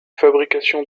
fabrication